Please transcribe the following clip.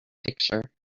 picture